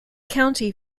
county